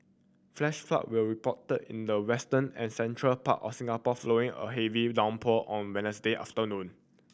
flash flood were reported in the western and central part of Singapore following a heavy downpour on Wednesday afternoon